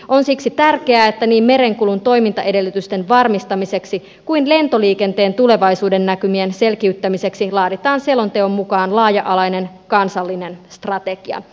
on siksi tärkeää että niin merenkulun toimintaedellytysten varmistamiseksi kuin lentoliikenteen tulevaisuudennäkymien selkiyttämiseksi laaditaan selonteon mukaan laaja alainen kansallinen strategia